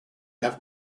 have